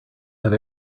have